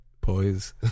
poise